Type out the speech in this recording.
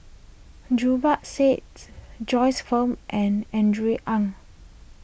Zubir sits Joyce Fan and Andrew Ang